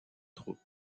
troupes